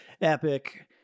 epic